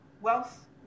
Wealth